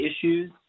issues